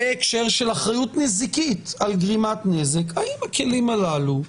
בהקשר של אחריות נזיקית על גרימת נזק האם הכלים הללו,